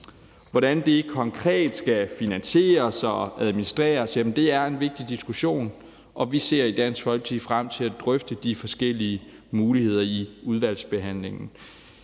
Hvordan det konkret skal finansieres og administreres, er en vigtig diskussion, og vi ser i Dansk Folkeparti frem til at drøfte de forskellige muligheder i udvalgsbehandlingen.